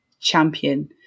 champion